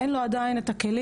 אין לו עדיין את הכלים.